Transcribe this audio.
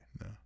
No